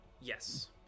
Yes